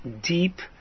deep